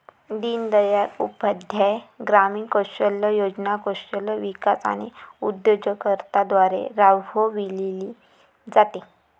दीनदयाळ उपाध्याय ग्रामीण कौशल्य योजना कौशल्य विकास आणि उद्योजकता द्वारे राबविली जाते